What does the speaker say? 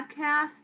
podcast